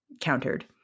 Countered